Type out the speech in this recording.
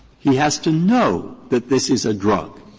he has to know that this is a drug.